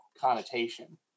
connotation